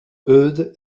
eudes